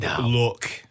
look